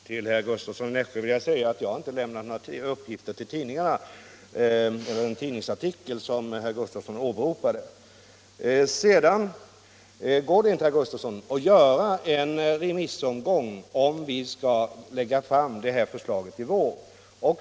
Herr talman! Till herr Gustavsson i Nässjö vill jag säga att jag inte har lämnat några uppgifter till tidningarna som grund för den tidningsartikel han åberopar. Det går inte, herr Gustavsson, att göra en remissomgång om vi skall lägga fram detta förslag i vår.